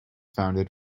founded